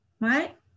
right